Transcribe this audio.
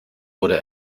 wurde